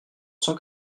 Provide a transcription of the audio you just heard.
cent